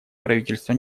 правительства